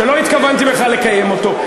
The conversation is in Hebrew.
שלא התכוונתי בכלל לקיים אותו.